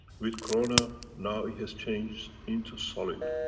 with corona now it has changed into solid,